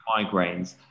migraines